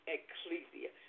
Ecclesia